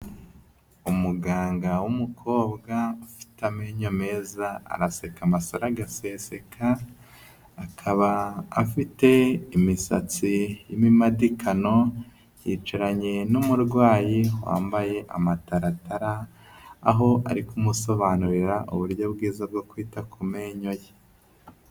Umuganga w'umukobwa ufite amenyo meza araseka amasaro agaseseka, akaba afite imisatsi y'imimadikano, yicaranye n'umurwayi wambaye amataratara, aho ari kumusobanurira uburyo bwiza bwo kwita ku menyo ye.